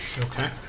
Okay